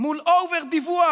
מול אובר-דיווח,